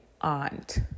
aunt